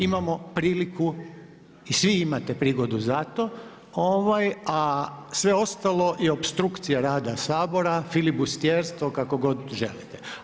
Imamo priliku i svi imate prigodu za to a sve ostalo je opstrukcija rada Sabora, flibustijerstvo, kako god želite.